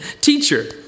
Teacher